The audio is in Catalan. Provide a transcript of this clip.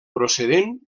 procedent